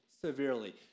severely